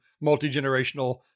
multi-generational